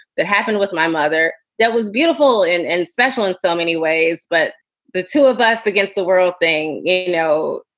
that happened with my mother. that was beautiful and special in so many ways. but the two of us against the world thing, you know,